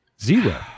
Zero